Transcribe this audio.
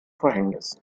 verhängnis